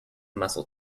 muscle